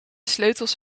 sleutels